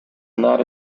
not